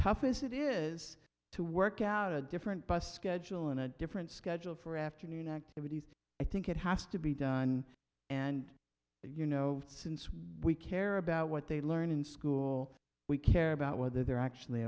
puffiness it is to work out a different bus schedule and a different schedule for afternoon activities i think it has to be done and you know since we care about what they learn in school we care about whether they're actually